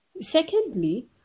secondly